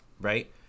right